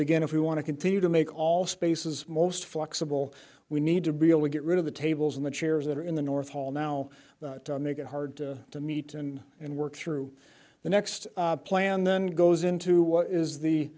again if we want to continue to make all spaces most flexible we need to be able to get rid of the tables in the chairs that are in the north hall now make it hard to meet and and work through the next plan then goes into what is the